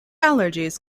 allergies